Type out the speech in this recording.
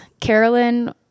carolyn